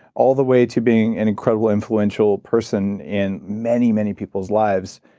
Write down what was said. all the way to being an incredible influential person in many, many people's lives,